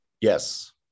Yes